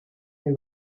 the